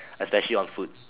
especially on food